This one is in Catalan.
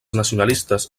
nacionalistes